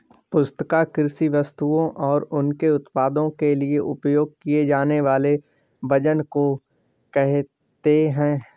पुस्तिका कृषि वस्तुओं और उनके उत्पादों के लिए उपयोग किए जानेवाले वजन को कहेते है